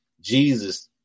Jesus